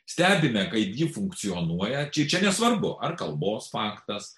stebime kaip ji funkcionuoja ir čia nesvarbu ar kalbos faktas